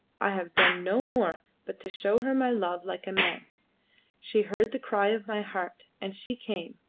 i have done no more but to show her my love like a man she heard the cry of my heart, and she came,